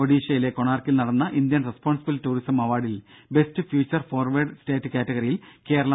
ഒറീസയിലെ കൊണാർക്കിൽ നടന്ന Indian responsible tourism അവാർഡിൽ ബെസ്റ്റ് ഫ്യൂച്ചർ ഫോർവേർഡ് സ്റ്റേറ്റ് കാറ്റഗറിയിൽ കേരളം ഗോൾഡ് അവാർഡ് നേടി